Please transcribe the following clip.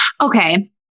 okay